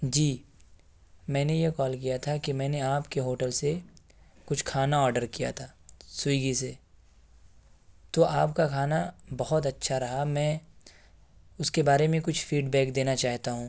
جی میں نے یہ کال کیا تھا کہ میں نے آپ کے ہوٹل سے کچھ کھانا آڈر کیا تھا سویگی سے تو آپ کا کھانا بہت اچّھا رہا میں اس کے بارے میں کچھ فیڈ بیک دینا چاہتا ہوں